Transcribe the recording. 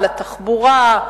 לתחבורה,